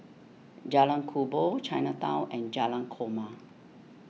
Jalan Kubor Chinatown and Jalan Korma